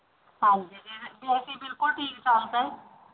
ਹਾਂਜੀ ਜੀ ਜੀ ਏ ਸੀ ਬਿਲਕੁਲ ਠੀਕ ਠਾਕ ਹੈ